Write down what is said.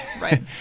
right